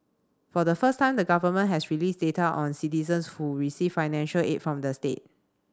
for the first time the government has released data on citizens who receive financial aid from the state